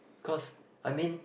cause I mean